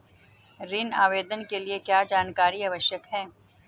ऋण आवेदन के लिए क्या जानकारी आवश्यक है?